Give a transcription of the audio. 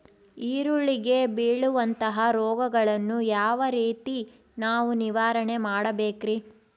ಈರುಳ್ಳಿಗೆ ಬೇಳುವಂತಹ ರೋಗಗಳನ್ನು ಯಾವ ರೇತಿ ನಾವು ನಿವಾರಣೆ ಮಾಡಬೇಕ್ರಿ?